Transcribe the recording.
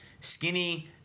skinny